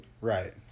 Right